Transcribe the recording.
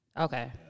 Okay